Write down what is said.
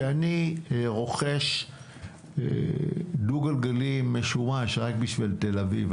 שאני רוכש דו גלגלי משומש רק בשביל תל אביב,